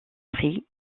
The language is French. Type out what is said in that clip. prix